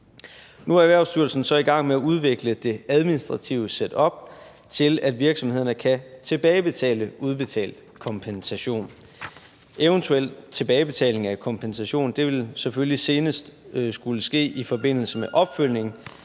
Nu er Erhvervsstyrelsen så i gang med at udvikle det administrative setup til, at virksomhederne kan tilbagebetale udbetalt kompensation. Eventuel tilbagebetaling af kompensation vil selvfølgelig senest skulle ske i forbindelse med den opfølgende